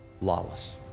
lawless